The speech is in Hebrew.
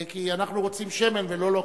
כי אנחנו רוצים שמן ולא לוקשים.